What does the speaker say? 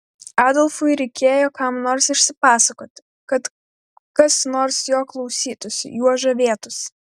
adolfui reikėjo kam nors išsipasakoti kad kas nors jo klausytųsi juo žavėtųsi